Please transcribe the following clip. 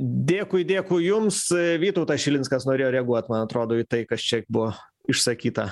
dėkui dėkui jums vytautas šilinskas norėjo reaguot man atrodo į tai kas čia buvo išsakyta